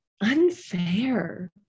unfair